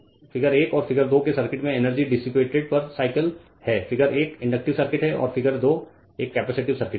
तो यह फिगर 1 और फिगर 2 के सर्किट में एनर्जी डिसिपातेड़ पर साइकिल है फिगर 1 इंडक्टिव सर्किट है और फिगर 2 एक कैपेसिटिव सर्किट है